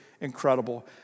Incredible